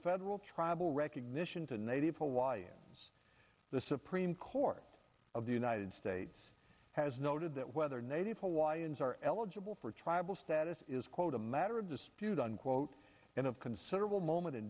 federal tribal recognition to native hawaiians the supreme court of the united states has noted that whether native hawaiians are eligible for tribal status is quote a matter of dispute unquote and of considerable moment